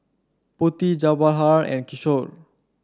Potti Jawaharlal and Kishore